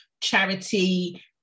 charity